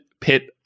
pit